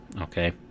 Okay